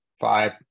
five